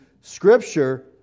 scripture